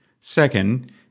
Second